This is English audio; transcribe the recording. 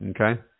Okay